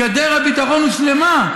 גדר הביטחון הושלמה.